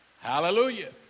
hallelujah